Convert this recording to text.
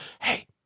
Hey